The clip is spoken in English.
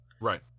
Right